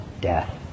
death